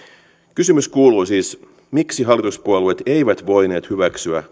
kysymys kuuluu siis miksi hallituspuolueet eivät voineet hyväksyä